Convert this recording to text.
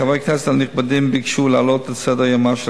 חברי הכנסת הנכבדים ביקשו להעלות על סדר-יומה של